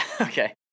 Okay